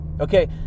okay